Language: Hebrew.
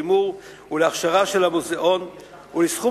לשימור ולהכשרה של המוזיאון ולסכום